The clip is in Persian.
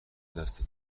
دست